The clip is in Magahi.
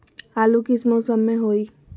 आलू किस मौसम में होई?